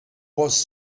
was